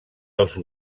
els